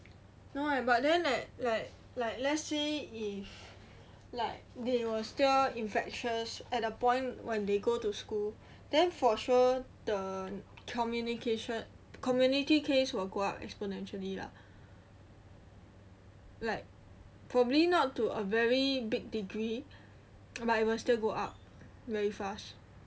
no eh but then eh like like let's say if like if they were still infectious at a point when they go to school then for sure the communication community case will go up exponentially lah like probably not to a very big degree but it will still go up very fast